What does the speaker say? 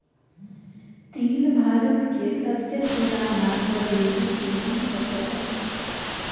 तिल भारत के सबसे पुराना स्वदेशी तिलहन फसल हइ